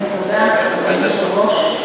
אדוני היושב-ראש,